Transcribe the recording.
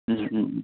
ओम ओम ओम